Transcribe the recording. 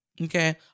okay